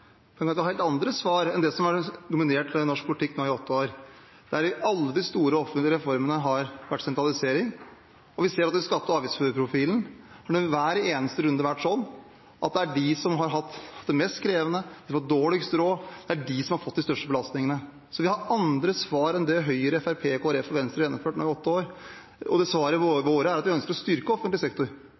at Arbeiderparti–Senterparti-regjeringen mangler svar, men vi har helt andre svar enn det som har dominert norsk politikk nå i åtte år, der alle de store offentlige reformene har vært sentralisering. Vi ser det i skatte- og avgiftsprofilen, for ved hver eneste runde har det vært sånn at det er de som har hatt det mest krevende, som har hatt dårligst råd, som har fått de største belastningene. Vi har andre svar enn det Høyre, Fremskrittspartiet, Kristelig Folkeparti og Venstre har gjennomført nå i åtte år. Svarene våre er at vi ønsker å styrke offentlig sektor,